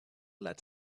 let